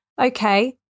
okay